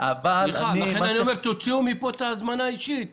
לכן אני אומר: תוציאו מפה את ההזמנה האישית,